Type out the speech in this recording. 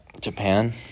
Japan